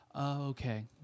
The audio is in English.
okay